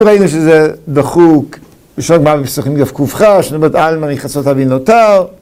ראינו שזה דחוק, בשוק בערב מסוכנים גב כובחה, שנובעת אלמה, נכנסות אבי נותר.